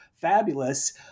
fabulous